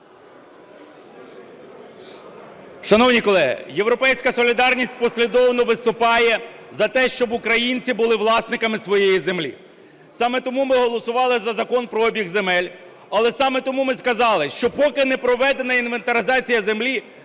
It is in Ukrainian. Шановні колеги, "Європейська солідарність" послідовно виступає за те, щоб українці були власниками своєї землі. Саме тому ми голосували за Закон про обіг земель, але саме тому ми сказали, що поки не проведена інвентаризація землі,